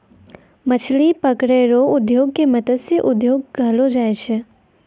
मछली पकड़ै रो उद्योग के मतस्य उद्योग कहलो जाय छै